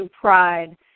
Pride